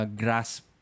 grasp